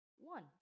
one